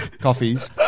coffees